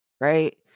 right